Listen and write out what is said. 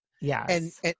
yes